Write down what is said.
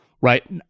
right